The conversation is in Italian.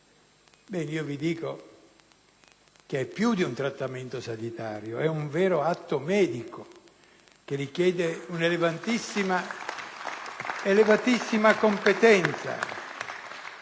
Bene, io vi dico che è più di un trattamento sanitario; è un vero atto medico che richiede un'elevatissima competenza.